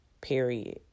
period